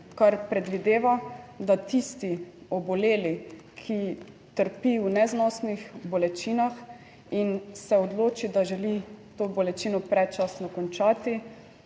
kar predvideva, da tisti oboleli, ki trpi v neznosnih bolečinah in se odloči, da želi to bolečino predčasno končati,